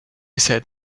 said